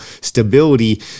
stability